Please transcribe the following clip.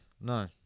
no